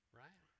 right